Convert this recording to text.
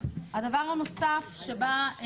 לא רק שמדובר בשני חוקים שונים ומעצם